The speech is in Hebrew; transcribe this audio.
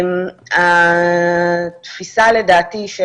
התפיסה לדעתי,